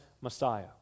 Messiah